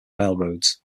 railroads